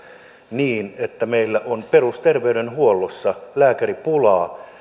niin että meillä on perusterveydenhuollossa lääkäripulaa